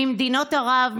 ממדינות ערב,